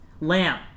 Lamb